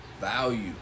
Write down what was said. Value